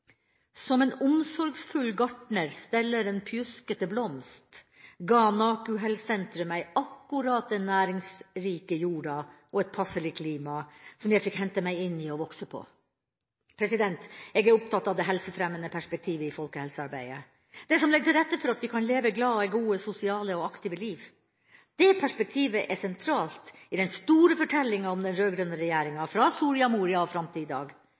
Som en omsorgsfull gartner steller en pjuskete blomst, ga NaKuHel-senteret meg akkurat den næringsrike jorda og et passelig klima som jeg fikk hente meg inn i og vokse på. Jeg er opptatt av det helsefremmende perspektivet i folkehelsearbeidet, det som legger til rette for at vi kan leve glade, gode, sosiale og aktive liv. Det perspektivet er sentralt i den store fortellinga om den rød-grønne regjeringa, fra Soria Moria og fram til i dag.